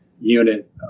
unit